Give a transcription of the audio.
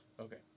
Okay